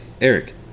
Eric